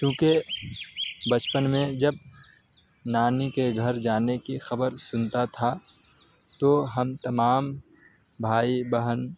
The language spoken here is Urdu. کیونکہ بچپن میں جب نانی کے گھر جانے کی خبر سنتا تھا تو ہم تمام بھائی بہن